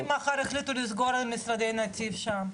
ואם מחר יחליטו לסגור את משרדי נתיב שם,